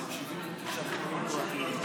העברתי,